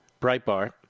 Breitbart